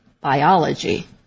biology